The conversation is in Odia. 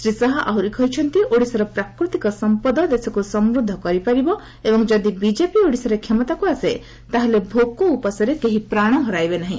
ଶ୍ରୀ ଶାହା ଆହୁରି କହିଛନ୍ତି ଓଡ଼ିଶାର ପ୍ରାକୃତିକ ସମ୍ପଦ ଦେଶକୁ ସମୃଦ୍ଧ କରିପାରିବ ଏବଂ ଯଦି ବିଜେପି ଓଡ଼ିଶାରେ କ୍ଷମତାକୁ ଆସେ ତାହେଲେ ଭୋକ ଉପାସରେ କେହି ପ୍ରାଣ ହରାଇବେ ନାହିଁ